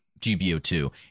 GBO2